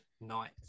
night